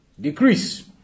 decrease